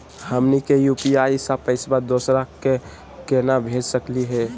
हमनी के यू.पी.आई स पैसवा दोसरा क केना भेज सकली हे?